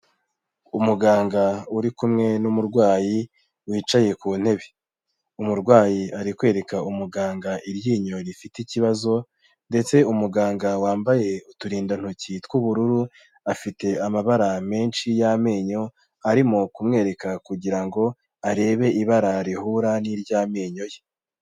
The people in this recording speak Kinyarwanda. Umuganga uri kumwe n'umurwayi wicaye ku ntebe, umurwayi ari kwereka umuganga iryinyo rifite ikibazo, ndetse umuganga wambaye uturindantoki tw'ubururu, afite amabara menshi y'amenyo, arimo kumwereka kugira ngo arebe ibara rihura niry'amenyo ye.